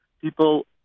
People